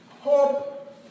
hope